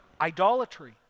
idolatry